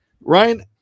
Ryan